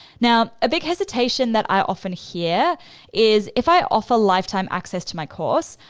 now, a big hesitation that i often hear is, if i offer lifetime access to my course,